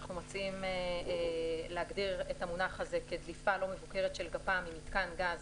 מוצע להגדיר את המונחים שנעשה בהם שימוש בצו.